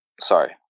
sorry